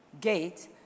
gate